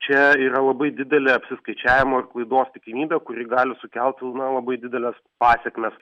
čia yra labai didelė apsiskaičiavimo ir klaidos tikimybė kuri gali sukelt na labai dideles pasekmes